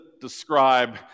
describe